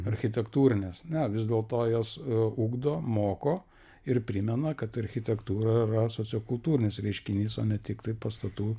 architektūrinės ne vis dėlto jos ugdo moko ir primena kad architektūra yra sociokultūrinis reiškinys o ne tiktai pastatų